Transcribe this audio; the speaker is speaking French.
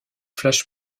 flash